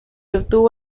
obtuvo